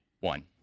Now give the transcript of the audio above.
one